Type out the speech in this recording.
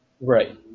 Right